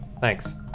Thanks